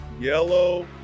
yellow